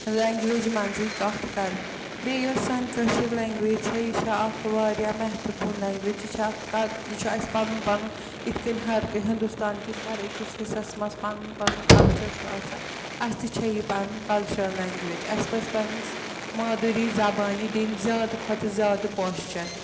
language مَنٛزٕے کَتھ کَرٕنۍ بیٚیہِ یۄس سٲنۍ کٲشِر لَنٛگویج چھےٚ یہِ چھےٚ اَکھ واریاہ محتپوٗن لَنٛگویج یہِ چھےٚ اَکھ کہ یہِ چھِ اَسہِ پَنُن پَنُن یِتھ کٔنۍ ہر کہ ہِنٛدُستانکِس ہر أکِس حِصَس منٛز پَنُن پَنُن کَلچَر چھُ آسان اَسہِ تہِ چھےٚ یہِ پَنٕنۍ کَلچَرَل لَنٛگویج اَسہِ پَزِ پَنٛنِس مادٕری زبانہِ دِنۍ زیادٕ کھۄتہٕ زیادٕ پوسچر